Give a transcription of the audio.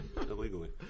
illegally